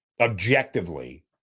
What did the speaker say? objectively